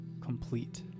complete